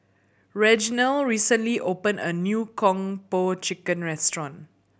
Reginal recently opened a new Kung Po Chicken restaurant